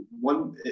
one